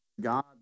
God